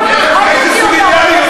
ימים.